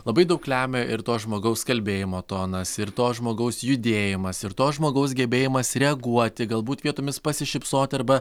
labai daug lemia ir to žmogaus kalbėjimo tonas ir to žmogaus judėjimas ir to žmogaus gebėjimas reaguoti galbūt vietomis pasišypsoti arba